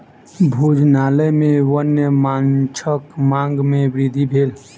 भोजनालय में वन्य माँछक मांग में वृद्धि भेल